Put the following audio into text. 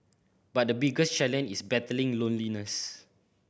but the biggest challenge is battling loneliness